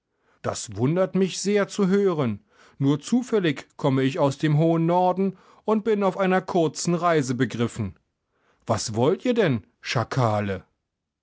das wundert mich sehr zu hören nur zufällig komme ich aus dem hohen norden und bin auf einer kurzen reise begriffen was wollt ihr denn schakale